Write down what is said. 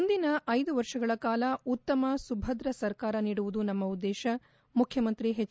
ಮುಂದಿನ ಐದು ವರ್ಷಗಳ ಕಾಲ ಉತ್ತಮ ಸುಭದ್ರ ಸರ್ಕಾರ ನೀಡುವುದು ಉದ್ಗೇಶ ಮುಖ್ಯಮಂತ್ರಿ ಎಚ್